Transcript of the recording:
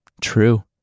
True